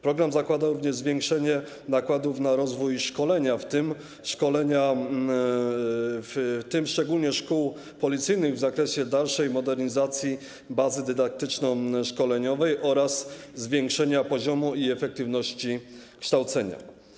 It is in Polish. Program zakłada również zwiększenie nakładów na rozwój szkolenia, w tym szczególnie szkół policyjnych w zakresie dalszej modernizacji bazy dydaktyczno-szkoleniowej oraz zwiększenia poziomu i efektywności kształcenia.